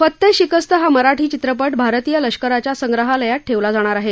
फत्तेशिकस्त हा मराठी चित्रपट भारतीय लष्कराच्या संग्रहालयात ठेवला जाणार आहे